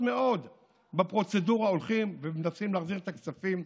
מאוד בפרוצדורה הולכים ומנסים להחזיר את הכספים.